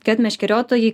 kad meškeriotojai